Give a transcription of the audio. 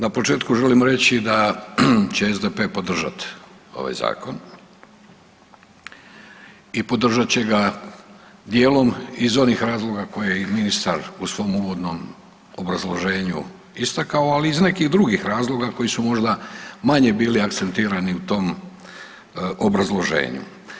Na početku želim reći da će SDP podržat ovaj zakon i podržat će ga dijelom i iz onih razloga koje je i ministar u svom uvodnom obrazloženju istakao, ali i iz nekih drugih razloga koji su možda manje bili akcentirani u tom obrazloženju.